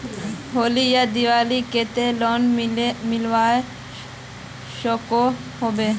होली या दिवालीर केते लोन मिलवा सकोहो होबे?